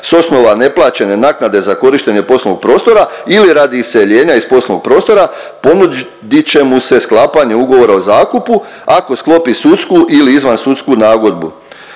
sa osnova neplaćene naknade za korištenje poslovnog prostora ili radi iseljenja iz poslovnog prostora ponudit će mu se sklapanje Ugovora o zakupu ako sklopi sudsku ili izvansudsku nagodbu,